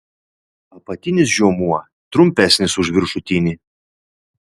apatinis žiomuo trumpesnis už viršutinį